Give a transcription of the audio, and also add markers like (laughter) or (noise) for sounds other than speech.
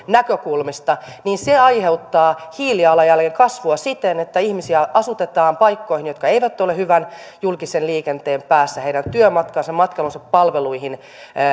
(unintelligible) näkökulmista niin se aiheuttaa hiilijalanjäljen kasvua siten että ihmisiä asutetaan paikkoihin jotka eivät ole hyvän julkisen liikenteen päässä heidän työmatkansa matkailunsa palveluihin